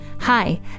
hi